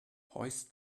hoist